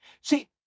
See